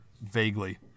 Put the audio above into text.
vaguely